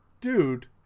dude